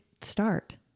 start